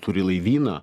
turi laivyną